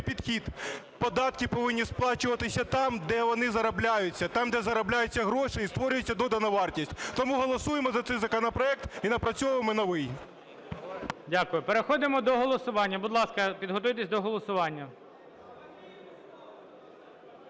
підхід, податки повинні сплачуватися там, де вони заробляються, там, де заробляються гроші і створюється додана вартість. Тому голосуємо за цей законопроект і напрацьовуємо новий. ГОЛОВУЮЧИЙ. Дякую. Переходимо до голосування. Будь ласка, підготуйтесь до голосування.